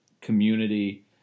community